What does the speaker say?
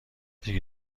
دیگه